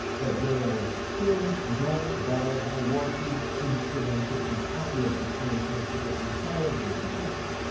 that there was still no viable working instrument to enact legislation for the entire virgin islands,